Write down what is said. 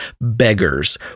beggars